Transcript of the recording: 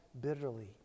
bitterly